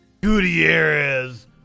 Gutierrez